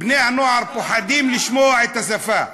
בני הנוער פוחדים לשמוע את השפה,